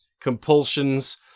compulsions